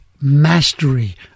mastery